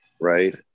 right